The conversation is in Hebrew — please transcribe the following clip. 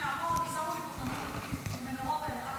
ישבתי מאחור, כי שמו לי פה תנור עם מנורות כאלה.